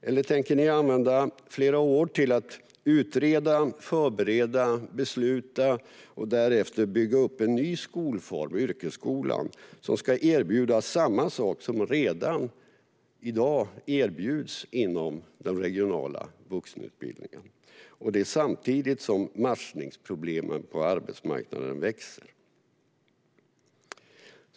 Eller tänker ni använda flera år till att utreda, förbereda, besluta om och därefter bygga upp en ny skolform - yrkesskolan - som ska erbjuda samma sak som erbjuds redan i dag inom den regionala vuxenutbildningen, och det samtidigt som matchningsproblemen på arbetsmarknaden växer?